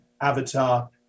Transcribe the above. avatar